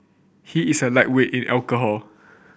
he is a lightweight in alcohol